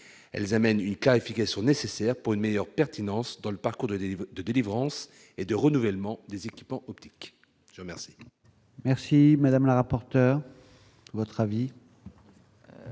elles amènent une clarification nécessaire pour une meilleure pertinence dans le parcours de dérive de délivrance et de renouvellement des équipements optiques merci. Merci madame la rapporteure votre avis.